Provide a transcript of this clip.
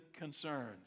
concerns